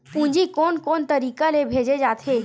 पूंजी कोन कोन तरीका ले भेजे जाथे?